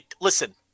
listen